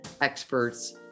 experts